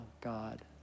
God